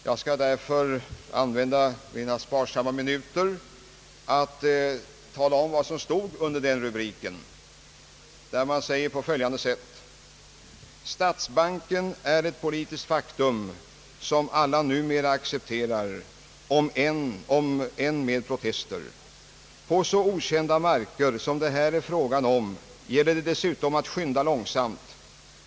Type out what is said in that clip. Jag skall använda en del av min rätt knappa tid för att omtala vad som sades under den refererade rubriken: »Statsbanken är ett politiskt faktum som alla numera accepterar — om än med protester ... På så okända marker som här är fråga om gäller det dessutom att skynda långsamt.